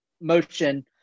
motion